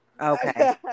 Okay